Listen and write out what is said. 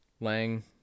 Lang